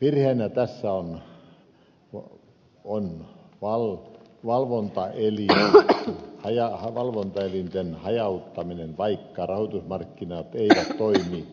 virheenä tässä on wall valvonta ei liikaa ja valvontaelinten hajauttaminen vaikka rahoitusmarkkinat eivät toimi